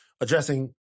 addressing